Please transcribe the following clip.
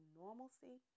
normalcy